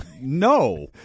no